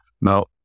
now